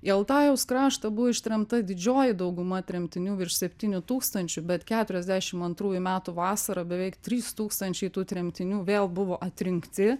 į altajaus kraštą buvo ištremta didžioji dauguma tremtinių virš septynių tūkstančių bet keturiasdešim antrųjų metų vasarą beveik trys tūkstančiai tų tremtinių vėl buvo atrinkti